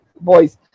boys